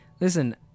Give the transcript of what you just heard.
listen